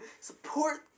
Support